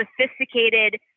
sophisticated